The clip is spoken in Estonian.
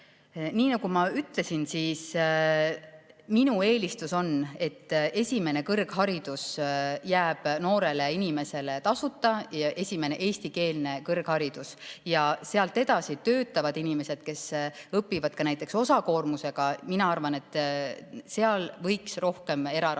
Nii nagu ma ütlesin, siis minu eelistus on, et esimene kõrgharidus jääks noorele inimesele tasuta, esimene eestikeelne kõrgharidus. Sealt edasi, kui töötavad inimesed õpivad ka näiteks osakoormusega, ma arvan, et seal võiks rohkem eraraha